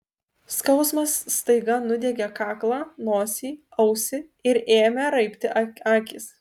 skausmas staiga nudiegė kaklą nosį ausį ir ėmė raibti akys